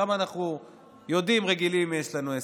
שם אנחנו רגילים ויודעים עם מי יש לנו עסק.